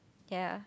ya